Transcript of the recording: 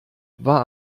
war